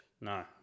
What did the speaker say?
No